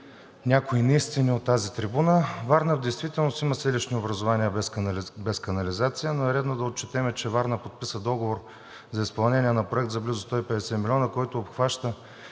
някои неистини от тази трибуна. Варна в действителност има селищни образувания без канализация, но е редно да отчетем, че Варна подписа договор за изпълнение на проект за близо 150 милиона, който обхваща